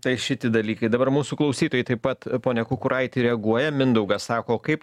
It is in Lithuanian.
tai šiti dalykai dabar mūsų klausytojai taip pat pone kukuraiti reaguoja mindaugas sako kaip